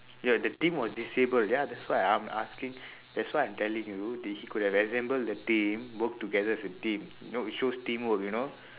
ya the team was disabled ya that's why i'm asking that's why i'm telling you that he could have assembled the team work together as a team you know it shows teamwork you know